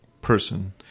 person